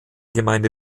gemeinde